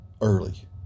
early